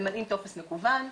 ממלאים טופס מקוון.